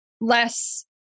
less